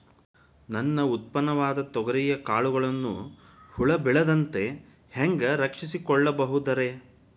ನನ್ನ ಉತ್ಪನ್ನವಾದ ತೊಗರಿಯ ಕಾಳುಗಳನ್ನ ಹುಳ ಬೇಳದಂತೆ ಹ್ಯಾಂಗ ರಕ್ಷಿಸಿಕೊಳ್ಳಬಹುದರೇ?